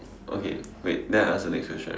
okay wait then I answer next question right